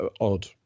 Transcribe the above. odd